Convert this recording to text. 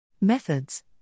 Methods